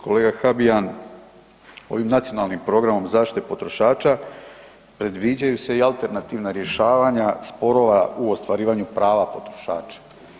Kolega Habijan, ovim Nacionalnim programom zaštite potrošača predviđaju se i alternativna rješavanja sporova u ostvarivanju prava potrošača.